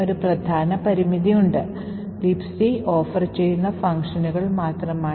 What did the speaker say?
ഈ പ്രഭാഷണം പൂർത്തിയാക്കുന്നതിന് മുമ്പ് നിങ്ങൾക്ക് ചിന്തിക്കാവുന്ന ചില കാര്യങ്ങളുണ്ട്